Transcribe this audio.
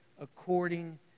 according